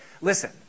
listen